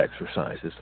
exercises